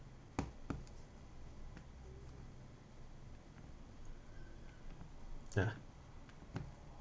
ya